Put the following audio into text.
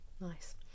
nice